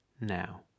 now